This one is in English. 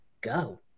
Go